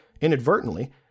inadvertently